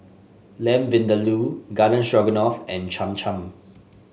Lamb Vindaloo Garden Stroganoff and Cham Cham